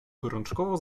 gorączkowo